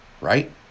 right